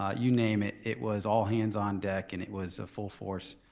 ah you name it, it was all hands on deck and it was a full force